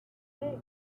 seis